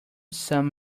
sum